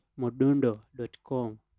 modundo.com